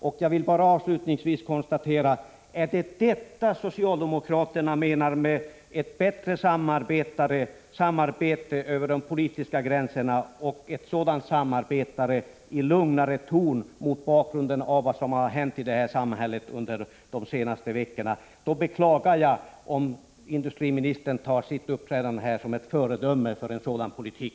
Avslutningsvis vill jag bara konstatera att om det är detta socialdemokraterna menar med ett bättre samarbete över de politiska gränserna, ett samarbete i lugnare ton mot bakgrund av vad som hänt i samhället under de senaste veckorna, då beklagar jag om industriministern tar sitt uppträdande här som ett föredöme för en sådan politik.